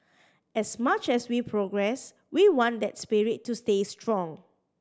as much as we progress we want that spirit to stay strong